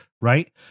right